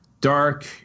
dark